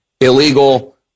illegal